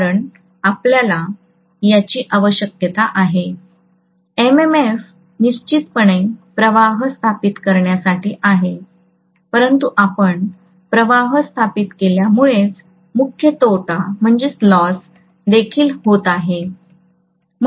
कारण आपल्याला याची आवश्यकता आहे एमएमएफ निश्चितपणे प्रवाह स्थापित करण्यासाठी आहे परंतु आपण प्रवाह स्थापित केल्यामुळेच मुख्य तोटा देखील होत आहे